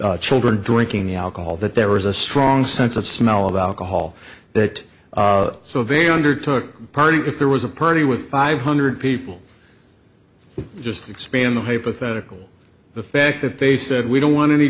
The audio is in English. children drinking alcohol that there was a strong sense of smell of alcohol that so they undertook party if there was a party with five hundred people we just expand the hypothetical the fact that they said we don't want any